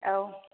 औ